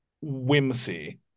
whimsy